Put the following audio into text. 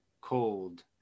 cold